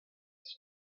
sich